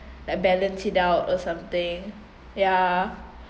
like balance it out or something ya